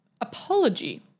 apology